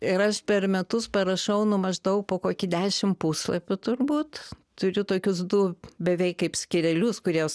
ir aš per metus parašau nu maždaug po kokį dešim puslapių turbūt turiu tokius du beveik kaip skyrelius kuriuos